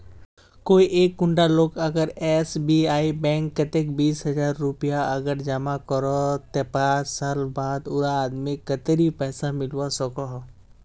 कोई एक कुंडा लोग अगर एस.बी.आई बैंक कतेक बीस हजार रुपया अगर जमा करो ते पाँच साल बाद उडा आदमीक कतेरी पैसा मिलवा सकोहो?